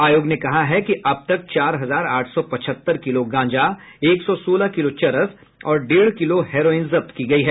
आयोग ने कहा है कि अब तक चार हजार आठ सौ पचहत्तर किलो गांजा एक सौ सोलह किलो चरस और डेढ़ किलो हेराईन जब्त की गयी है